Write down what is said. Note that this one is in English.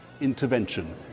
intervention